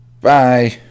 Bye